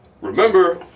Remember